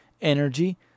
energy